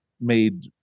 made